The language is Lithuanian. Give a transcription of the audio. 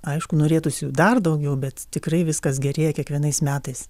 aišku norėtųsi jų dar daugiau bet tikrai viskas gerėja kiekvienais metais